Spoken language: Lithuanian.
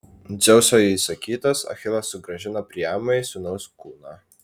dzeuso įsakytas achilas sugrąžino priamui sūnaus kūną